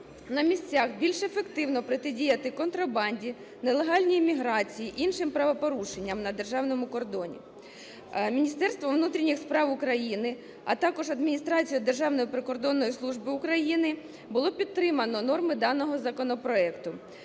на місцях більш ефективно протидіяти контрабанді, нелегальній міграції, іншим правопорушенням на державному кордоні. Міністерством внутрішніх справ України, а також Адміністрацією Державної прикордонної служби України було підтримано норми даного законопроекту.